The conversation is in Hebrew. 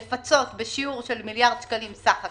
לפצות בשיעור של מיליארד שקלים בסך הכול,